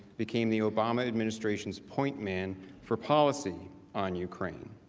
became the obama administration's point man for policy on ukraine.